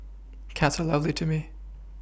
cats are lovely to me